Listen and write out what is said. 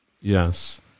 Yes